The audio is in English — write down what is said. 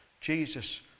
Jesus